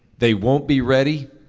they won't be ready.